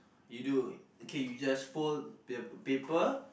you do K you just fold pap~ paper